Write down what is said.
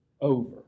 over